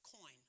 coin